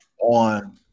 on